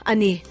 Ani